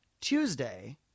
Tuesday